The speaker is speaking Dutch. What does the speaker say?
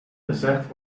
gezegd